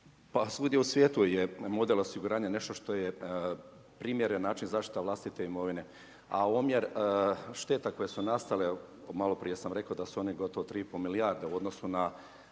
Pa svugdje u svijetu je model osiguranja nešto što je primjeren način zaštita vlastite imovine. A omjer šteta koje su nastale, malo prije sam rekao da su one gotovo 3,5 milijarde u odnosu na